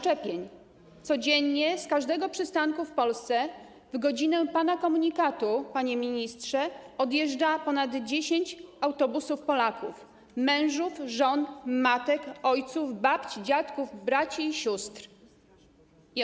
Codziennie z każdego przystanku w Polsce w godzinę pana komunikatu, panie ministrze, odjeżdża ponad 10 autobusów Polaków: mężów, żon, matek, ojców, babć, dziadków, braci i sióstr.